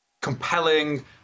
compelling